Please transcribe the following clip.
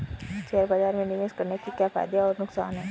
Share बाज़ार में निवेश करने के क्या फायदे और नुकसान हैं?